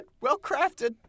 well-crafted